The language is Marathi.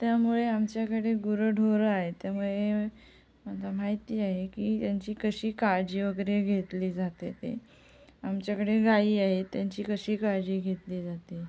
त्यामुळे आमच्याकडे गुरंढोरं आहे त्यामुळे मला माहिती आहे की त्यांची कशी काळजी वगैरे घेतली जाते ते आमच्याकडे गाई आहे त्यांची कशी काळजी घेतली जाते